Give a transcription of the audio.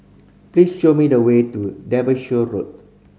please show me the way to Derbyshire Road